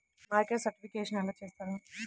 Market certification ఎలా చేస్తారు?